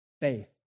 faith